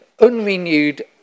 unrenewed